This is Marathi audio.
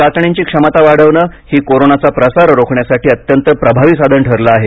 चाचण्यांची क्षमता वाढवणं ही कोरोनाचा प्रसार रोखण्यासाठी अत्यंत प्रभावी साधन ठरलं आहे